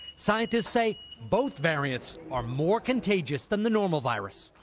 scientists say both variants are more contagious than the normal virus.